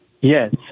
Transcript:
Yes